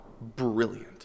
brilliant